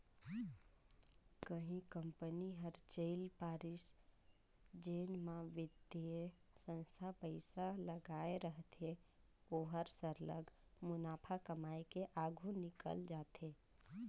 कहीं कंपनी हर चइल परिस जेन म बित्तीय संस्था पइसा लगाए रहथे ओहर सरलग मुनाफा कमाए के आघु निकेल जाथे